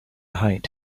height